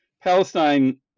Palestine